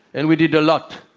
and we did a lot.